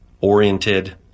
oriented